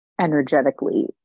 energetically